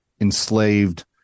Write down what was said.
enslaved